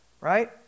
right